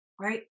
right